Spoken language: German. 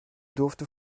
durfte